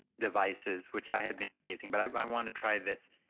devices, which i have been using, but i i want to try this.